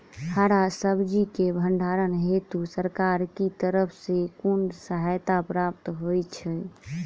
हरा सब्जी केँ भण्डारण हेतु सरकार की तरफ सँ कुन सहायता प्राप्त होइ छै?